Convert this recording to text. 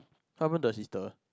how about the sister